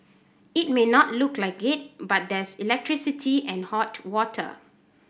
it may not look like it but there's electricity and hot water